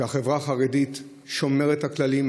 שהחברה החרדית שומרת את הכללים,